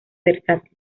versátil